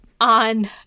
on